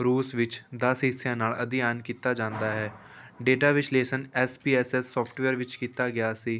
ਰੂਸ ਵਿੱਚ ਦਸ ਹਿੱਸਿਆਂ ਨਾਲ ਅਧਿਐਨ ਕੀਤਾ ਜਾਂਦਾ ਹੈ ਡੇਟਾ ਵਿਸ਼ਲੇਸ਼ਨ S P S S software ਵਿੱਚ ਕੀਤਾ ਗਿਆ ਸੀ